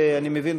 אני מבין,